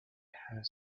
her